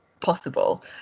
possible